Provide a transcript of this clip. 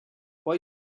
why